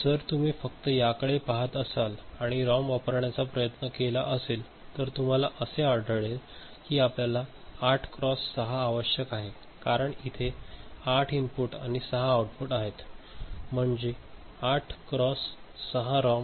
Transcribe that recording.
जर तुम्ही फक्त याकडे पहात असाल आणि रॉम वापरण्याचा प्रयत्न केला असेल तर तुम्हाला असे आढळेल की आपल्याला 8 क्रॉस 6 आवश्यक आहे कारण इथे 8 इनपुट आणि 6 आउटपुट आहेत म्हणजे 8 क्रॉस 6 रॉम